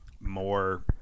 more